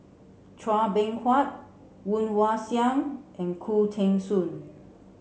chua Beng Huat Woon Wah Siang and Khoo Teng Soon